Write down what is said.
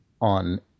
on